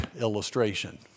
illustration